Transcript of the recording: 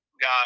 got